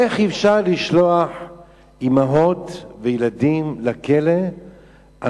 איך אפשר לשלוח אמהות לילדים לכלא על